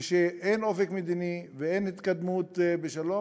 כשאין אופק מדיני ואין התקדמות בשלום,